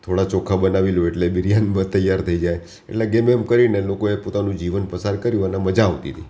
થોડા ચોખા બનાવી લો એટલે બિરયાની બ તૈયાર થઇ જાય એટલે ગમે એમ કરીને લોકોએ પોતાનું જીવન પસાર કર્યું અને મજા આવતી હતી